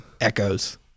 echoes